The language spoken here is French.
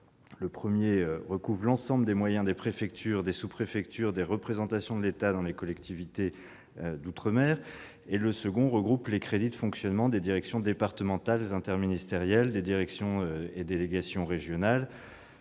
Le premier recouvrait l'ensemble des moyens des préfectures, des sous-préfectures et des représentations de l'État dans les collectivités d'outre-mer ; le second regroupait les crédits de fonctionnement des directions départementales interministérielles, des directions et délégations régionales